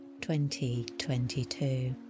2022